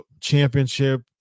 championship